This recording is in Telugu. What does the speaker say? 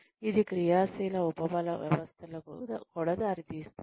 ఇది క్రియాశీల ఉపబల వ్యవస్థలకు కూడా దారితీస్తుంది